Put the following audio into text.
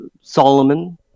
Solomon